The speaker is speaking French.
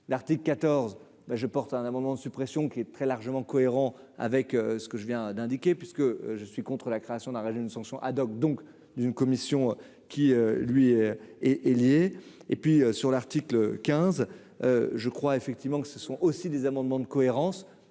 l'article 14 ben je porte un amendement de suppression qui est très largement cohérent avec ce que je viens d'indiquer, parce que je suis contre la création d'un régime de sanctions, donc d'une commission qui lui est liée et puis sur l'article 15 je crois effectivement que ce sont aussi des amendements de cohérence